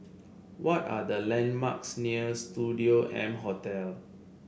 what are the landmarks near Studio M Hotel